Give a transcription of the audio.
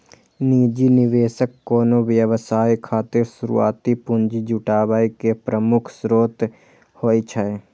निजी निवेशक कोनो व्यवसाय खातिर शुरुआती पूंजी जुटाबै के प्रमुख स्रोत होइ छै